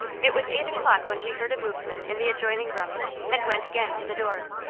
it was eight o'clock when she heard a movement in the adjoining room and went again to the door.